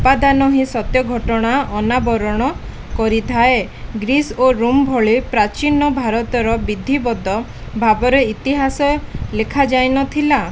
ଉପାଦାନ ହିଁ ସତ୍ୟଘଟଣା ଅନାବରଣ କରିଥାଏ ଗ୍ରୀସ ଓ ରୋମ ଭଳି ପ୍ରାଚୀନ ଭାରତର ବିଧିବଦ୍ଧ ଭାବରେ ଇତିହାସ ଲେଖାଯାଇନଥିଲା